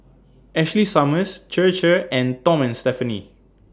Ashley Summers Chir Chir and Tom and Stephanie